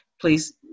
please